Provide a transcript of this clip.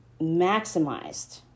maximized